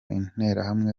interahamwe